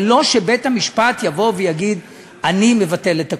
ולא שבית-המשפט יבוא ויגיד: אני מבטל את הכול.